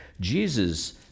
Jesus